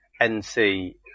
NC